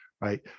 right